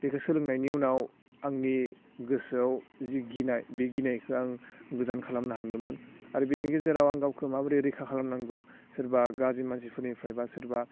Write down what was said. बेखौ सोलोंनायनि उनाव आंनि गोसोआव जि गिनाय बि गिनायखौ आं गोजान खालामनो हानदोंमोन आरो बिनि गेजेराव आव गावखौ माबोरै रैखा खालामनांगौ सोरबा गाज्रि मानसिफोरनिफ्राय बा सोरबा